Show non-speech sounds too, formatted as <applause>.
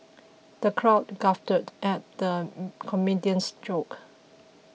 the crowd guffawed at the <hesitation> comedian's jokes